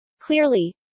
Clearly